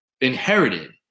inherited